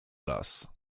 las